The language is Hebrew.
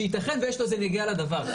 שייתכן ויש לו נגיעה לדבר.